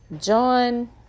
John